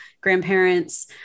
grandparents